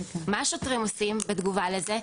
מה השוטרים עושים בתגובה לזה?